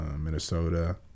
Minnesota